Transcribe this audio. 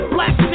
Black